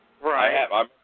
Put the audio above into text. Right